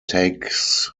takes